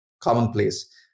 commonplace